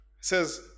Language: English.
says